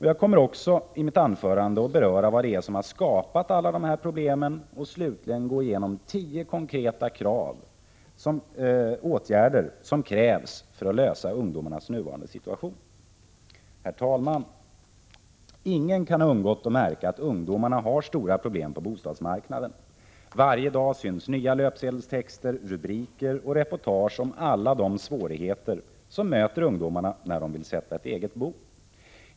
Jag kommer också att i mitt anförande beröra vad det är som har skapat alla problem och slutligen gå igenom tio konkreta åtgärder som krävs för att lösa ungdomarnas nuvarande situation. Herr talman! Ingen kan ha undgått att märka att ungdomarna har stora problem på bostadsmarknaden. Varje dag syns nya löpsedelstexter, rubriker 123 och reportage om alla de svårigheter som möter ungdomarna när de vill sätta eget bo.